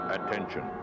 attention